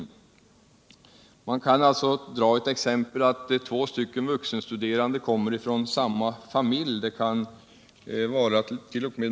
flag kan som et exempel ta att två vuxenstuderande kommer från samma familj de kant.o.m.